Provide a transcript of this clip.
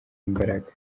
imbaraga